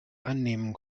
annehmen